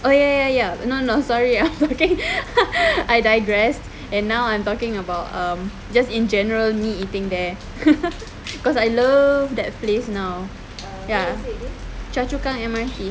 oh ya ya no no sorry I digressed and now I'm talking about um just in general me eating there because I love that place now ya choa chu kang M_R_T